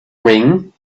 ring